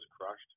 crushed